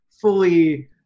fully